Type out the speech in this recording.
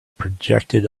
projected